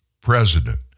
president